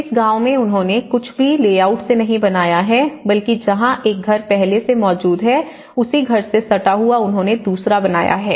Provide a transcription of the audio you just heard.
इस गाँव में उन्होंने कुछ भी लेआउट से नहीं बनाया है बल्कि जहां एक घर पहले से मौजूद है उसी घर से सटा हुआ उन्होंने दूसरा बनाया है